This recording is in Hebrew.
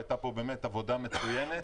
היתה פה באמת עבודה מצוינת